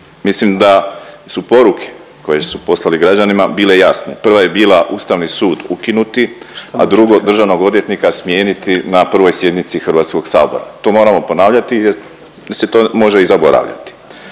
Mislim da su poruke koje su poslali građanima bile jasne. Prva je bila ustavni sud ukinuti, a drugo državnog odvjetnika smijeniti na prvoj sjednici Hrvatskog sabora. To moramo ponavljati, jer se to može i zaboraviti.